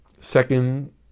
second